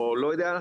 או לא יודע,